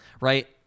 right